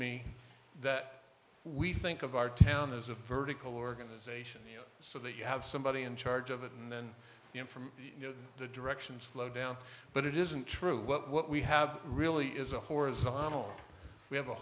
me that we think of our town as a vertical organization so that you have somebody in charge of it and then in from you know the directions flow down but it isn't true but what we have really is a horizontal we have a